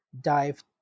dive